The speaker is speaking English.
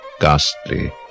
ghastly